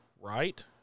right